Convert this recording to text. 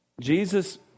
Jesus